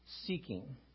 seeking